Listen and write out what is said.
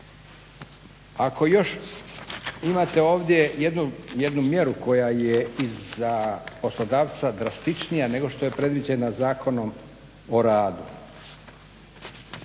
Ako još, imate ovdje jednu mjeru koja je i za poslodavca drastičnija nego što je predviđena Zakonom o radu,